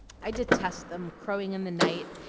i detest them, crowing in the night,